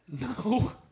No